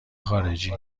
خارجی